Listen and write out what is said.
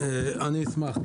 אני אשמח.